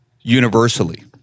universally